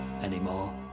anymore